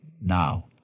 now